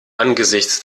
angesichts